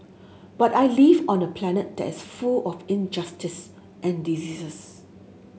but I live on a planet that's full of injustice and diseases